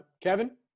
Kevin